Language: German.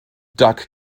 duck